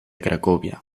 cracovia